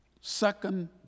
Second